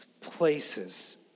places